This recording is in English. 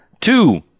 Two